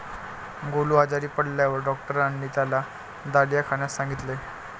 गोलू आजारी पडल्यावर डॉक्टरांनी त्याला दलिया खाण्यास सांगितले